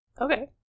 Okay